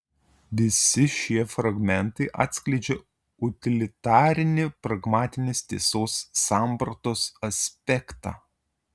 visi šie fragmentai atskleidžia utilitarinį pragmatinės tiesos sampratos aspektą